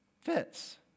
fits